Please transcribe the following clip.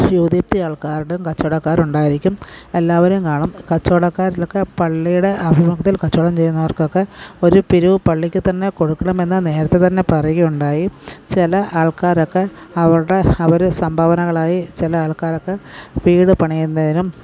ആൾക്കാരുടെ കച്ചവടക്കാർ ഉണ്ടായിരിക്കും എല്ലാവരും കാണും കച്ചവടക്കാരിലൊക്കെ പള്ളിയുടെ അഭിമുഖത്തിൽ കച്ചവടം ചെയ്യന്നവർക്കൊക്കെ ഒരു പിരിവ് പള്ളിക്ക് തന്നെ കൊടുക്കണമെന്ന് നേരത്തെ തന്നെ പറയുകയുണ്ടായി ചില ആൾക്കാരൊക്കെ അവരുടെ അവർ സംഭാവനകളായി ചില ആൾക്കാർക്ക് വീടു പണിയുന്നതിനും